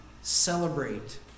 celebrate